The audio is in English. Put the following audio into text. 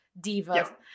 diva